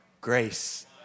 grace